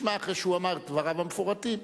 אחרי שאמר את דבריו המפורטים,